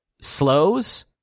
slows